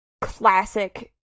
classic